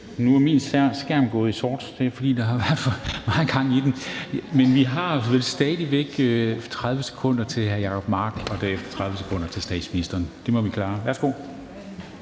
Nu er min skærm gået i sort. Det er nok, fordi der har været for meget gang i den. Men vi har stadig væk 30 sekunder til hr. Jacob Mark og derefter 30 sekunder til statsministeren. Det må vi klare. Værsgo.